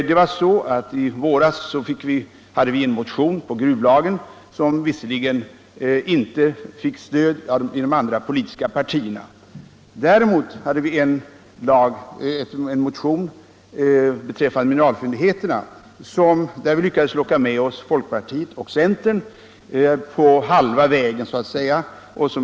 I våras väckte vi från moderat håll en motion om gruvlagen som visserligen inte fick stöd av de andra politiska partierna, men när det gäller vår motion om mineralfyndigheterna lyckades vi locka med oss folk-: partiet och centern, så att säga på halva vägen.